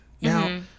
now